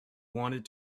wanted